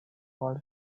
all